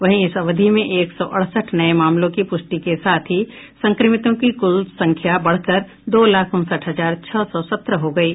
वहीं इसी अवधि में एक सौ अड़सठ नये मामलों की पुष्टि के साथ ही संक्रमितों की कुल संख्या बढ़कर दो लाख उनसठ हजार छह सौ सत्रह हो गयी